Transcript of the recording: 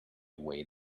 way